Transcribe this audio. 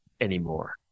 anymore